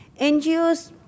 NGOs